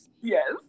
yes